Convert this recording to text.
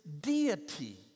deity